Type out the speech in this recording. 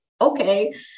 okay